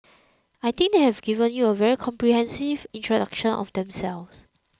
I think they have given you a very comprehensive introduction of themselves